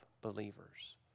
believers